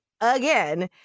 again